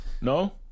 No